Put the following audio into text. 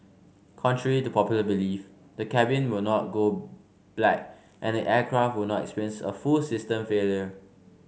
contrary to popular belief the cabin will not go black and the aircraft will not experience a full system failure